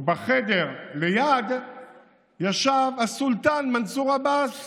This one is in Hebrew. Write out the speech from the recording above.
ובחדר ליד ישב הסולטאן מנסור עבאס